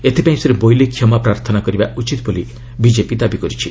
ଏଥିପାଇଁ ଶ୍ରୀ ମୋଇଲି କ୍ଷମାପ୍ରାର୍ଥନା କରିବା ଉଚିତ୍ ବୋଲି ବିଜେପି ଦାବି କରିଛି